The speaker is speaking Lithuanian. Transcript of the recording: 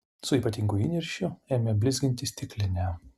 su ypatingu įniršiu ėmė blizginti stiklinę